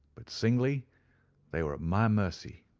but singly they were at my mercy.